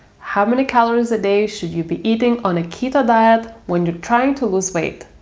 how many calories a day should you be eating on a keto diet when you're trying to lose weight?